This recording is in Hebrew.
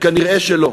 נראה שלא.